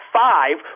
five